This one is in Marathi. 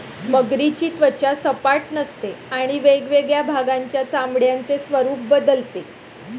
मगरीची त्वचा सपाट नसते आणि वेगवेगळ्या भागांच्या चामड्याचे स्वरूप बदलते